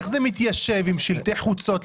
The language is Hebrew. איך זה מתיישב עם שלטי חוצות,